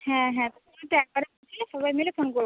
হ্যাঁ হ্যাঁ সবাই মিলে ফোন